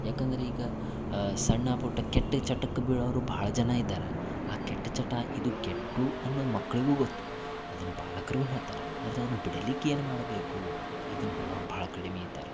ಯಾಕಂದ್ರೆ ಈಗ ಸಣ್ಣ ಪುಟ್ಟ ಕೆಟ್ಟ ಚಟಕ್ಕೆ ಬೀಳವ್ರು ಭಾಳ ಜನ ಇದಾರೆ ಆ ಕೆಟ್ಟ ಚಟ ಇದು ಕೆಟ್ಟು ಅನ್ನೋದು ಮಕ್ಕಳಿಗೂ ಗೊತ್ತು ಅದನ್ನು ಪಾಲಕರೂ ಹೇಳ್ತಾರೆ ಆದ್ರೆ ಅದನ್ನು ಬಿಡಲಿಕ್ಕೆ ಏನು ಮಾಡಬೇಕು ಇದನ್ನು ಹೇಳೋವ್ರು ಭಾಳ ಕಡಿಮೆ ಇದ್ದಾರೆ